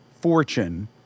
fortune